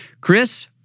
Chris